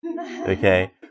Okay